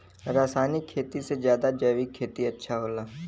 रासायनिक खेती से ज्यादा जैविक खेती अच्छा होला